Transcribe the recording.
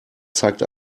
zeigt